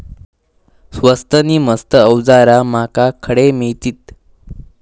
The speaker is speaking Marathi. स्वस्त नी मस्त अवजारा माका खडे मिळतीत?